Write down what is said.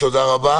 תודה.